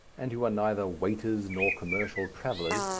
and who are neither waiters nor commercial travellers,